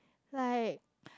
like